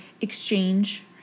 exchange